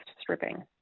stripping